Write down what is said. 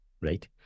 Right